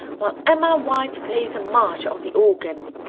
while emma white plays a march on the organ.